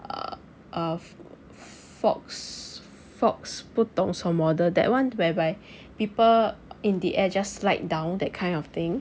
err err fox fox 不懂什么的 that one whereby people in the air just slide down that kind of thing